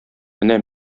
менә